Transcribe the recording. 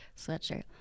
sweatshirt